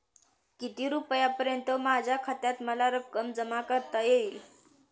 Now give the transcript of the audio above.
किती रुपयांपर्यंत माझ्या खात्यात मला रक्कम जमा करता येईल?